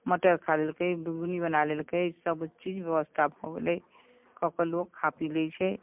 मटर खा लेलकै घुघनी बना लेलकै सभ चीज व्यवस्था भऽ गेलै कऽ के लोक खा पी लै छै